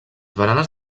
baranes